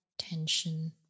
tension